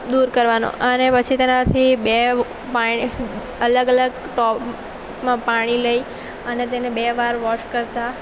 દૂર કરવાનો અને પછી તેનાથી બે અલગ અલગ ટબમાં પાણી લઈ અને તેને બે વાર વૉશ કરતાં